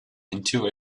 into